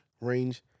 range